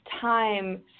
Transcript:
time